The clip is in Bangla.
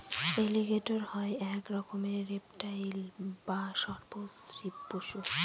এলিগেটের হয় এক রকমের রেপ্টাইল বা সর্প শ্রীপ পশু